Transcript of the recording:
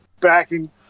backing